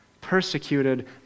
persecuted